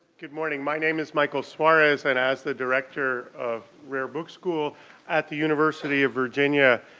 good morning, my name is michael suarez and as the director of rare book school at the university of virginia,